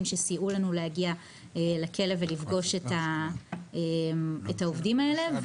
שסייעו לנו להגיע לכלא ולפגוש את העובדים האלו,